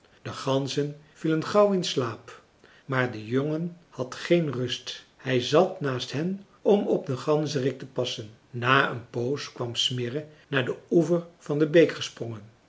de ganzen vielen gauw in slaap maar de jongen had geen rust hij zat naast hen om op den ganzerik te passen na een poos kwam smirre naar den oever van de beek gesprongen